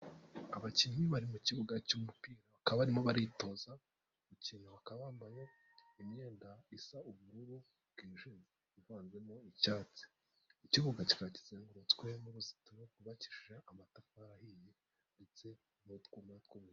Abakinnyi bari mu kibuga cy'umupira. Bakaba barimo baritoza umukino. Bakaba bambaye imyenda isa ubururu bwijimye uvanzemo icyatsi. Ikibuga cya kizengurutswe n'uruzitiro rwubakishijwe amatafari ahiye ndetse n'utwuma tw'umutuku.